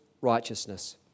righteousness